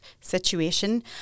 situation